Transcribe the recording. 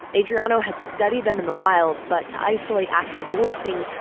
adriano has studied them in the wild. but to isolate active voicing,